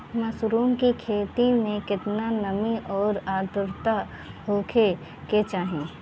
Mushroom की खेती में केतना नमी और आद्रता होखे के चाही?